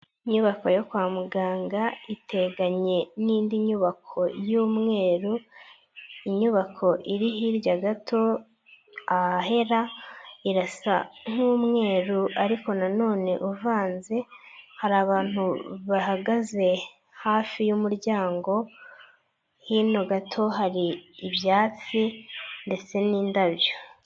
Inyubako yo kwa muganga iteganye n'indi nyubako y'umweru, inyubako iri hirya gato ahahera irasa nk'umweru ariko na none uvanze, hari abantu bahagaze hafi y'umuryango hino gato hari ibyatsi ndetse n'indabyo.